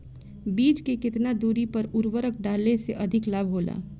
बीज के केतना दूरी पर उर्वरक डाले से अधिक लाभ होला?